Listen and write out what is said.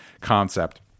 concept